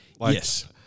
Yes